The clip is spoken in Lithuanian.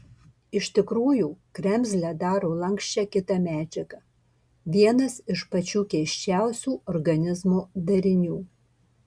iš tikrųjų kremzlę daro lanksčią kita medžiaga vienas iš pačių keisčiausių organizmo darinių